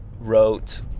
wrote